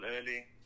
early